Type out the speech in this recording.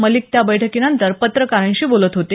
मलिक त्या बैठकीनंतर पत्रकारांशी बोलत होते